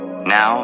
Now